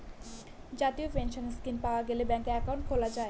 জাতীয় pension scheme পাওয়া গেলে ব্যাঙ্কে একাউন্ট খোলা যায়